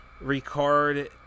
record